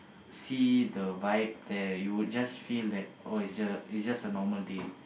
see the vibe there you will just feel that oh it's just it's just a normal day